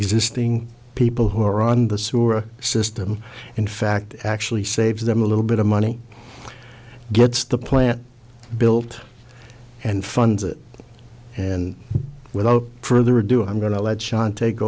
existing people who are on the sewer system in fact actually saves them a little bit of money gets the plant built and funds it and without further ado i'm going to lead xan take